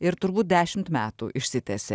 ir turbūt dešimt metų išsitęsė